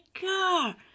car